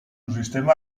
sistema